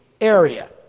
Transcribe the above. area